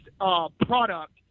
product